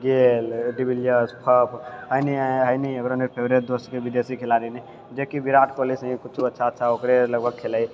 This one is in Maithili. गेल डिविलियर्स अइनि अइनि ओकर नी फेवरेट दोस्त छै विदेशी खिलाड़ी नी जेकि विराट कोहली जैसन अच्छा अच्छा ओकरे लगभग खेलैय